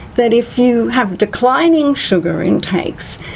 that if you have declining sugar intakes,